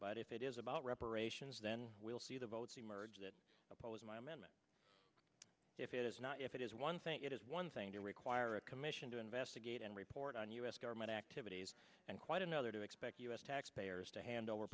but if it is about reparations then we'll see the votes emerge that oppose my amendment if it is not if it is one thing it is one thing to require a commission to investigate and report on u s government activities and quite another to expect us taxpayers to hand over